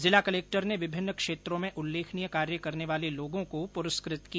जिला कलेक्टर ने विभिन्न क्षेत्रों में उल्लेखनीय कार्य करने वाले लोगों को पुरस्कृत किया